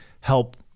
help